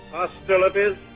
hostilities